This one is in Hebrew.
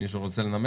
מישהו רוצה לנמק?